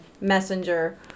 messenger